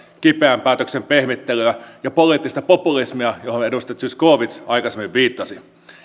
kipeän päätöksen pehmittelyä ja poliittista populismia johon edustaja zyskowicz aikaisemmin viittasi